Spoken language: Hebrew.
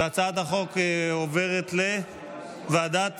עוברת לוועדת